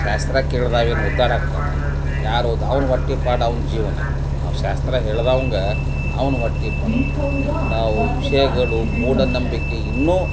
ಶಾಸ್ತ್ರ ಕೇಳ್ದವ ಏನು ಉದ್ಧಾರಗ್ತಾನೇನು ಯಾರೊದ್ ಅವ್ನ ಹೊಟ್ಟೆಪಾಡು ಅವ್ನ ಜೀವನ ಆ ಶಾಸ್ತ್ರ ಹೇಳ್ದವಂಗ ಅವ್ನ ಹೊಟ್ಟೆಪಾಡು ಇಂಥ ವಿಷಯಗಳು ಮೂಢನಂಬಿಕೆ ಇನ್ನೂ